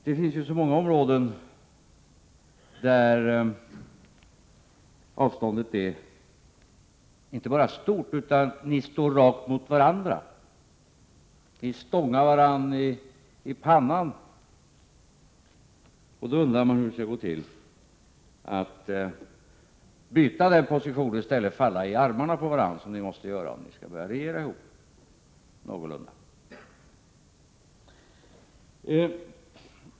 Det finns ju så många områden där inte bara avståndet är stort utan ni också står rakt mot varandra. Ni stångar varandra i pannan. Och då undrar man hur det skall gå till att byta den positionen och i stället falla i armarna på varandra, som ni måste göra om ni skall börja regera ihop någorlunda.